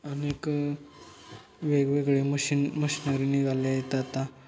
अनेक वेगवेगळे machine machinery निघाले आहेत आता